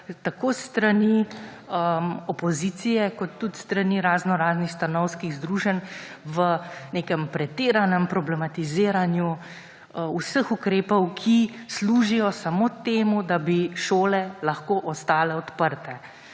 tako s strani opozicije kot tudi s strani raznoraznih stanovskih združenj zaradi pretiranega problematiziranja vseh ukrepov, ki služijo samo temu, da bi šole lahko ostale odprte.